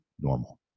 normal